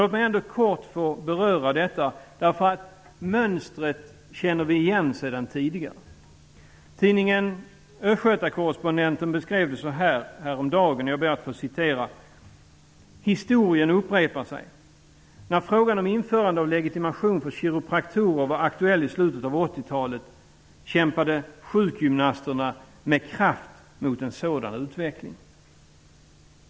Jag vill ändå kort beröra dessa brev. Vi känner igen mönstret sedan tidigare. Tidningen Östgöta Correspondenten beskrev det häromdagen så här: Historien upprepar sig. När frågan om införande av legitimation för kiropraktorer var aktuell i slutet av 80-talet kämpade sjukgymnasterna med kraft mot en sådan utveckling.